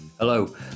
hello